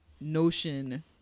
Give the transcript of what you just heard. Notion